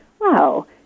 wow